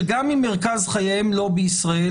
שגם אם מרכז חייהם לא בישראל,